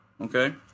okay